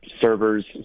servers